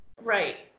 Right